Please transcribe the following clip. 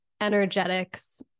energetics